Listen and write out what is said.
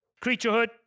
creaturehood